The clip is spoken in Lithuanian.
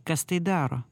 kas tai daro